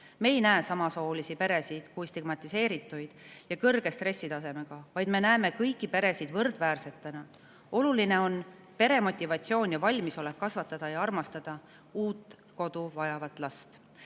Me ei näe samasoolisi peresid kui stigmatiseerituid ja kõrge stressitasemega, vaid me näeme kõiki peresid võrdväärsetena. Oluline on pere motivatsioon ja valmisolek kasvatada ja armastada uut kodu vajavat last.